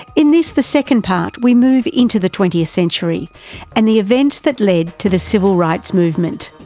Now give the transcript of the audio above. in this, the second part, we move into the twentieth century and the events that led to the civil rights movement.